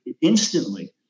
instantly